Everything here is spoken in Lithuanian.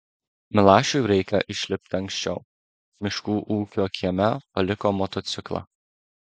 milašiui reikia išlipti anksčiau miškų ūkio kieme paliko motociklą